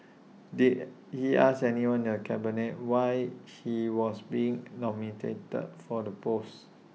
did he ask anyone in the cabinet why he was being nominated for the post